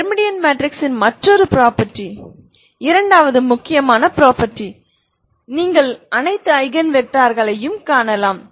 Hermitian மேட்ரிக்ஸின் மற்றொரு property இரண்டாவது முக்கியமான ப்ரொபர்ட்டி நீங்கள் அனைத்து ஐகன் வெக்டர்களையும் காணலாம்